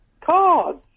Cards